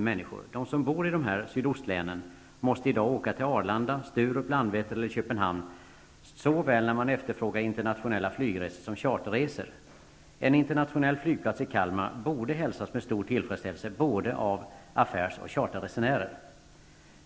människor. De som bor i sydostlänen måste i dag åka till Arlanda, Sturup, Landvetter eller Köpenhamn såväl när de efterfrågar internationella flygresor som charterresor. En internationell flygplats i Kalmar borde hälsas med stor tillfredsställelse både av affärs och charterresenärer.